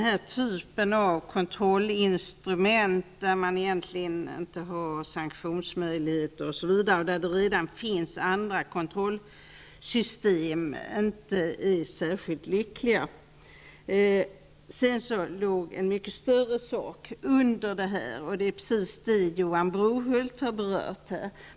Vi ansåg att kontrollinstrument där det egentligen inte finns sanktionsmöjligheter -- och när det redan finns andra kontrollsystem -- inte är särskilt lyckade. Sedan låg det en mycket större sak under vårt ställningstagande också, och det är precis den som Johan Brohult har berört här.